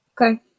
Okay